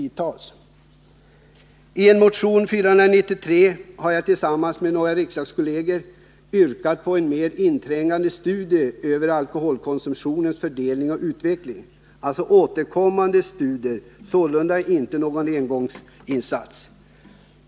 I motionen 493 har jag tillsammans med några riksdagskolleger yrkat på en mer inträngande studie över alkoholkonsumtionens fördelning och utveckling — alltså återkommande studier, inte någon engångsinsats.